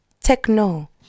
techno